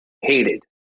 hated